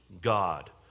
God